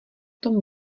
tomto